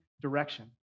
direction